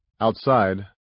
Outside